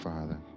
Father